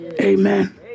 Amen